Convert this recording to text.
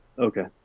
okay,